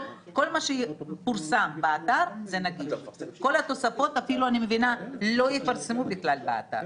מבינה שאת כל התוספות לא יפרסמו בכלל באתר,